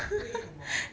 为什么